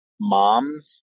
moms